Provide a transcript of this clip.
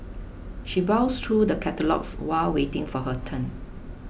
she browsed through the catalogues while waiting for her turn